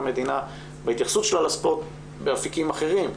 המדינה בהתייחסות שלה לספורט באפיקים אחרים,